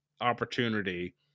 opportunity